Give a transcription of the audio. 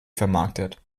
vermarktet